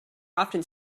often